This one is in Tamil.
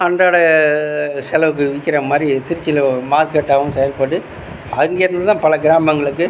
அன்றாட செலவுக்கு விற்கிறமாரி திருச்சியில் மார்க்கெட்டாகவும் செயல்படுது அங்கேருந்துதான் பல கிராமங்களுக்கு